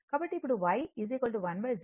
కాబట్టి ఇప్పుడు Y 1 Z అని మనకి తెలుసు